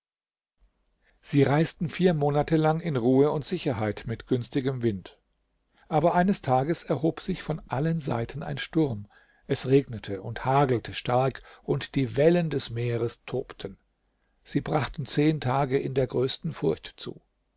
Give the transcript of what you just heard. sie reisten vier monate lang in ruhe und sicherheit mit günstigem wind aber eines tages erhob sich von allen seiten ein sturm es regnete und hagelte stark und die wellen des meeres tobten sie brachten zehn tage in der größten furcht zu